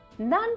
None